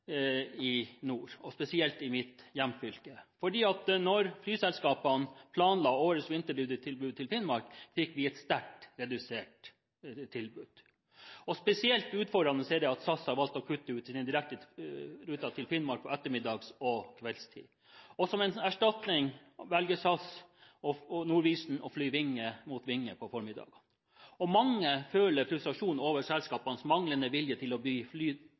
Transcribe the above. i nord, og spesielt i mitt hjemfylke. Da flyselskapene planla årets vinterrutetilbud til Finnmark, fikk vi et sterkt redusert tilbud. Spesielt utfordrende er det at SAS har valgt å kutte ut sine direkte ruter til Finnmark på ettermiddags- og kveldstid. Som en erstatning velger SAS og Norwegian å fly vinge mot vinge på formiddagen. Mange føler frustrasjon over selskapenes manglende vilje til å